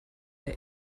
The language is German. der